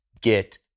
get